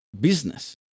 business